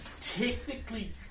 technically